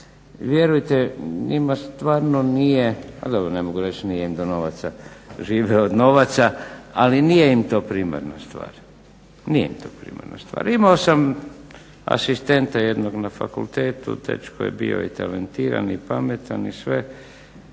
vjerujte njima stvarno nije, a dobro ne mogu reći nije im do novaca, žive od novaca ali nije im to primarna stvar. Imao sam asistenta jednog na fakultetu, dečko je bio i talentiran i pametan i sve.